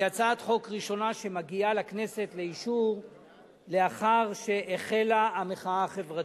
היא הצעת חוק ראשונה שמגיעה לכנסת לאישור לאחר שהחלה המחאה החברתית.